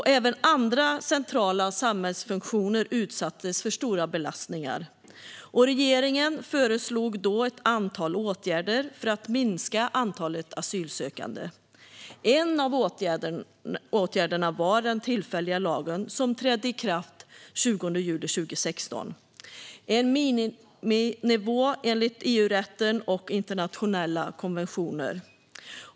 Även andra centrala samhällsfunktioner utsattes för stora belastningar. Regeringen föreslog då ett antal åtgärder för att minska antalet asylsökande. En av åtgärderna var den tillfälliga lagen, som trädde i kraft den 20 juli 2016 och innebar en miniminivå enligt EU-rätten och internationella konventioner.